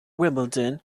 wimbledon